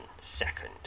Second